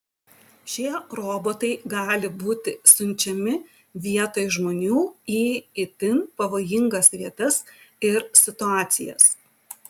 šie robotai gali būti siunčiami vietoj žmonių į itin pavojingas vietas ir situacijas